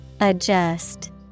Adjust